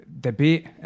debate